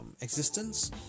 existence